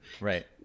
Right